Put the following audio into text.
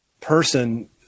person